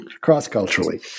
cross-culturally